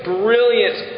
brilliant